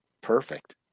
Perfect